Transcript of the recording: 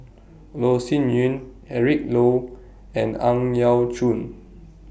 Loh Sin Yun Eric Low and Ang Yau Choon